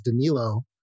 Danilo